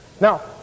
now